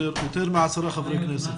יותר מעשרה חברי כנסת